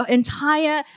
entire